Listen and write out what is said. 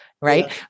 right